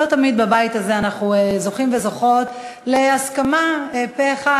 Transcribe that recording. לא תמיד בבית הזה אנחנו זוכים וזוכות להסכמה פה-אחד.